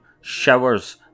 showers